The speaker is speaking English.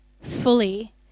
fully